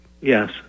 Yes